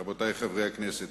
רבותי חברי הכנסת,